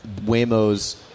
Waymo's